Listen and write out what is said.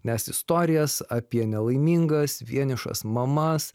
nes istorijas apie nelaimingas vienišas mamas